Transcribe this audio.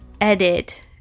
edit